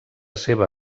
seva